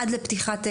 עד לפתיחת ההסכמים.